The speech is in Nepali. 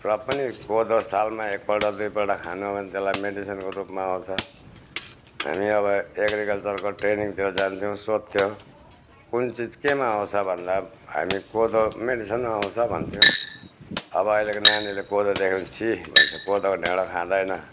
र पनि कोदो सालमा एकपल्ट दुईपल्ट खानु हो भने त्यसलाई मेडिसनको रूपमा आउँछ हामी अब एग्रिकल्चरको ट्रेनिङतिर जान्थ्यौँ सोद्धथ्यो कुन चिज केमा आउँछ भन्दा हामी कोदो मेडिसनमा आउँछ भन्थ्यौँ अब अहिलेको नानीहरूले कोदो देख्दा छिः भन्छ कोदोको ढेँडो खाँदैन